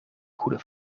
goede